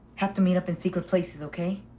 have to meet up in secret places, ok?